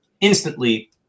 instantly